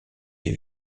les